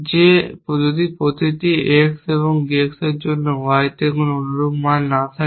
যে যদি প্রতিটি X এবং D X এর জন্য Y তে কোনও অনুরূপ মান না থাকে